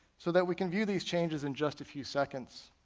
so that we can view these changes in just a few seconds.